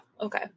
Okay